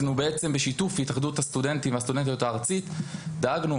אנחנו בעצם בשיתוף התאחדות הסטודנטים והסטודנטיות הארצית דאגנו